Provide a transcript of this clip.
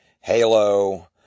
Halo